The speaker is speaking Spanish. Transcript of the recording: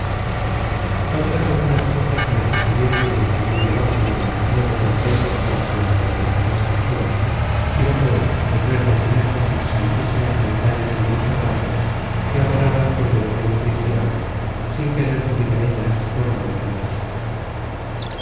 otras algunas cosas les sucedieron en el camino de barcelona no de tanta importancia que merezcan escritura si no fué el ver desde lejos las santísimas montañas de monserrate que adoraron con devocion cristiana sin querer subir á ellas por no detenerse